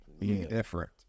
different